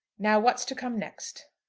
now, what's to come next?